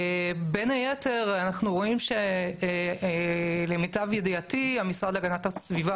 בין היתר אנחנו רואים שלמיטב ידיעתי המשרד להגנת הסביבה